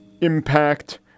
impact